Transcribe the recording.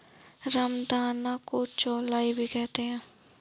रामदाना को चौलाई भी कहते हैं